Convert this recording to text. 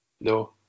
No